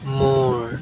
মোৰ